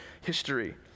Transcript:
history